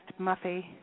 Muffy